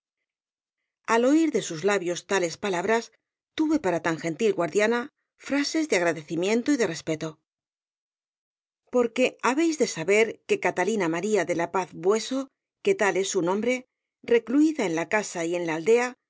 al oir de sus labios tales palabras tuve para tan gentil guardiana frases de agradecimiento y de r e s peto porque habéis de saber que catalina maría de la paz bueso que tal es su nombre recluida en la casa y en la aldea